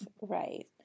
right